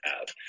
out